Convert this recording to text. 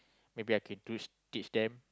maybe I could teach teach them